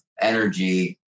energy